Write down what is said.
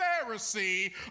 Pharisee